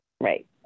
Right